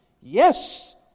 Yes